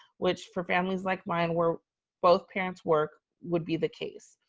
which for families like mine where both parents work would be the case.